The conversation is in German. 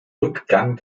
rückgang